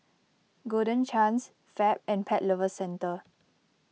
Golden Chance Fab and Pet Lovers Centre